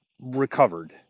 recovered